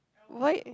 white